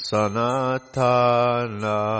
Sanatana